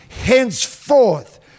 Henceforth